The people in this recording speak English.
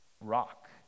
rock